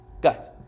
Guys